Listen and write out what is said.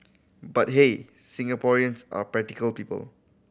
but hey Singaporeans are practical people